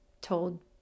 told